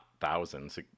thousands